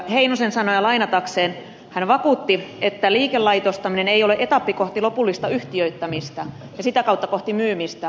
heinosen sanoja lainatakseni hän vakuutti että liikelaitostaminen ei ole etappi kohti lopullista yhtiöittämistä ja sitä kautta kohti myymistä